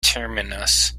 terminus